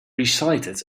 recited